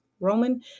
Roman